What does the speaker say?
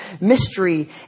mystery